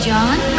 John